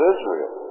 Israel